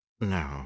No